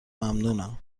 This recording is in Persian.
ممنونم